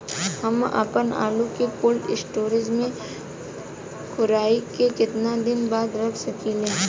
हम आपनआलू के कोल्ड स्टोरेज में कोराई के केतना दिन बाद रख साकिले?